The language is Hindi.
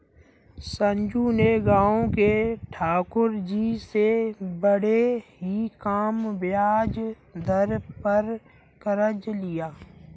राजू ने गांव के ठाकुर जी से बड़े ही कम ब्याज दर पर कर्ज लिया